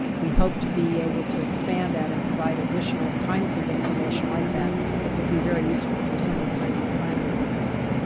we hope to be able to expand that and provide additional kinds of information like that that will be very useful for some of the kinds of planning purposes.